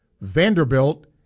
Vanderbilt